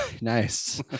Nice